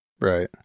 right